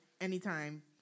anytime